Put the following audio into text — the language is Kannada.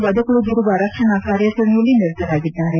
ಬದುಕುಳಿದಿರುವವರ ರಕ್ಷಣಾ ಕಾರ್ಯಾಚರಣೆಯಲ್ಲಿ ನಿರತರಾಗಿದ್ದಾರೆ